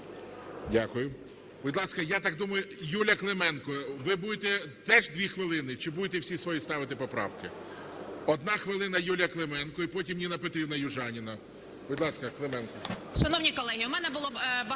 Дякую. Будь ласка, я так думаю, Юлія Клименко, ви будете теж 2 хвилини, чи будете всі свої ставити поправки? Одна хвилина – Юлія Клименко і потім Ніна Петрівна Южаніна. Будь ласка, Клименко.